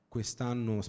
Quest'anno